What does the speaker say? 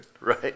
Right